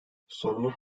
sorunun